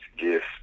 gift